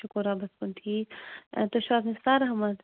شُکُر رۄبَس کُن ٹھیٖک تُہۍ چھُو حظ نِثار احمد